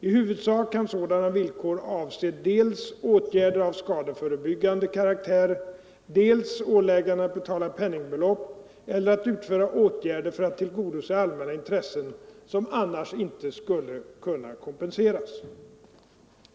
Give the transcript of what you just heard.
I huvudsak kan sådana villkor avse dels åtgärder av skadeförbyggande karaktär, dels ålägganden att betala penningbelopp eller att utföra åtgärder för att tillgodose allmänna intressen som annars inte skulle kunna kompenseras.